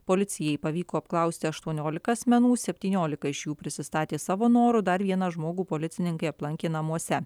policijai pavyko apklausti aštuoniolika asmenų septyniolika iš jų prisistatė savo noru dar vieną žmogų policininkai aplankė namuose